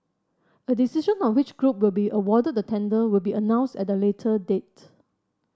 a decision on which group will be awarded the tender will be announced at a later date